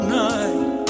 night